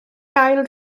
cael